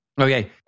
Okay